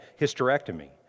hysterectomy